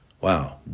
Wow